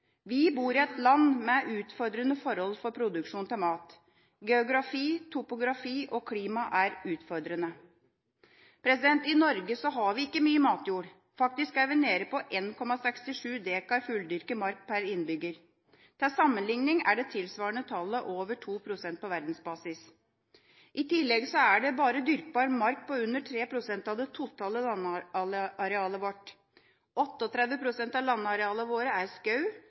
Vi bor i et land med utfordrende forhold for produksjon av mat. Geografi, topografi og klima er utfordrende. I Norge har vi ikke mye matjord. Faktisk er vi nede på 1,67 dekar fulldyrket mark per innbygger. Til sammenligning er det tilsvarende tallet over 2 pst. på verdensbasis. I tillegg er det bare dyrkbar mark på under 3 pst. av det totale landarealet vårt. 38 pst. av landarealene våre er